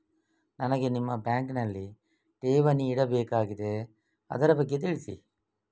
ನನಗೆ ನಿಮ್ಮ ಬ್ಯಾಂಕಿನಲ್ಲಿ ಠೇವಣಿ ಇಡಬೇಕಾಗಿದೆ, ಅದರ ಬಗ್ಗೆ ತಿಳಿಸಿ